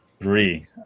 Three